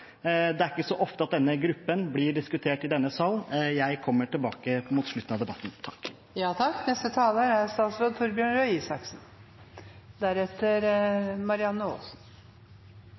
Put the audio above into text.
Det er ikke så ofte at denne gruppen blir diskutert i denne sal, og jeg kommer tilbake mot slutten av debatten.